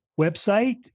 website